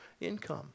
income